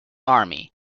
army